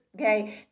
okay